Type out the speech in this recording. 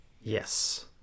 yes